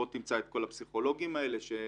בוא תמצא את כל הפסיכולוגים האלה שהם